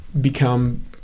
become